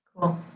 Cool